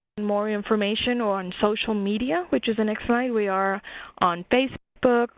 more information on social media which is the next slide we are on facebook